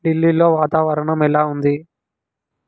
ఢిల్లీలో వాతావరణం ఎలా ఉంది